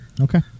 Okay